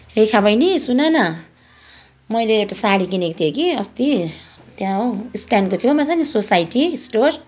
रेखा बहिनी सुन न मैले एउटा साडी किनेको थिएँ कि अस्ति त्यहाँ हो स्ट्यान्डको छेउमा छ नि सोसाइटी स्टोर